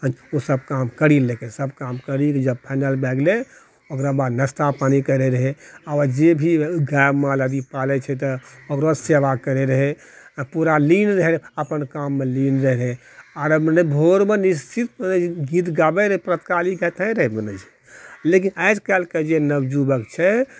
ओसभ काम करि रहय सभ काम करि रहय जब फाइनल भै गेलय ओकरा बाद नास्ता पानी करैत रहय आओर जे भी गाय माल आदि पालैत छै तऽ ओकरो सेवा करैत रहय पूरा लीन रहय अपन काममऽ लीन रहय आर मने भोरमऽ निश्चित गीत गाबैत रहै प्रात काली गाइते रहय बोलैत छै लेकिन आइ कल्हिके जे नवयुवक छै